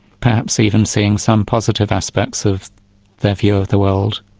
perhaps even seeing some positive aspects of their view of the world.